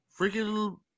Freaking